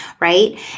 right